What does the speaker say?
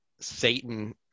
satan